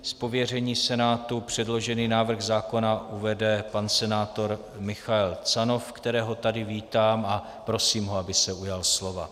Z pověření Senátu předložený návrh zákona uvede pan senátor Michael Canov, kterého tady vítám a prosím ho, aby se ujal slova.